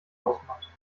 ausmacht